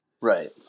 Right